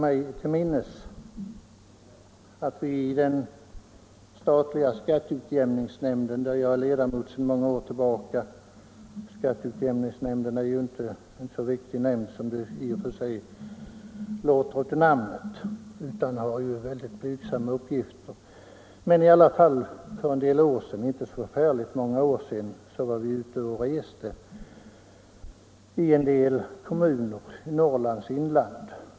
I den statliga skatteutjämningsnämnden där jag är ledamot sedan många år tillbaka — skatteutjämningsnämnden är ju inte en så viktig nämnd som det i och för sig låter av namnet, utan den har mycket blygsamma uppgifter — var vi för en del år sedan ute och reste i en del kommuner i Norrlands inland.